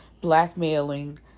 blackmailing